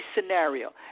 scenario